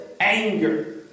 anger